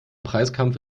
preiskampf